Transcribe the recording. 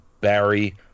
Barry